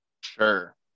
Sure